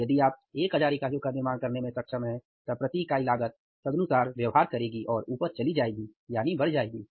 और यदि आप 1000 इकाइयों का निर्माण करने में सक्षम हैं तब प्रति इकाई लागत तदनुसार व्यवहार करेगी और ऊपर चली जाएगी यानी बढ़ जाएगी